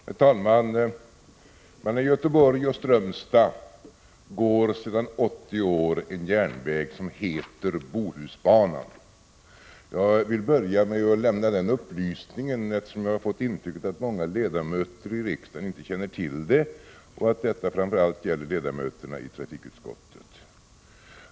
Herr talman! Mellan Göteborg och Strömstad finns sedan 80 år tillbaka en järnväg som heter Bohusbanan. Jag vill börja med att lämna den upplysningen, eftersom jag fått intrycket att många ledamöter av riksdagen inte känner till detta — och framför allt tänker jag då på ledamöterna i trafikutskottet.